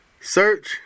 search